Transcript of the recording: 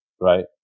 right